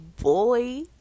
boy